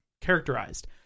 characterized